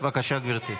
בבקשה, גברתי.